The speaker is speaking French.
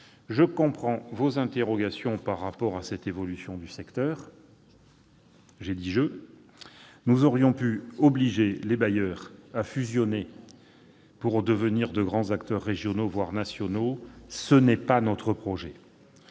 Je comprends vos interrogations par rapport à cette évolution du secteur- j'ai bien dit « je ». Nous aurions pu obliger les bailleurs à fusionner pour devenir de grands acteurs régionaux, voire nationaux : tel n'est pas notre projet